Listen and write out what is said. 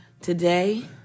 Today